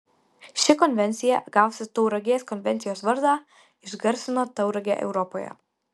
ši konvencija gavusi tauragės konvencijos vardą išgarsino tauragę europoje